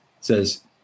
says